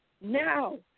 Now